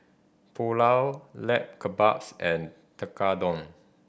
Pulao Lamb Kebabs and Tekkadon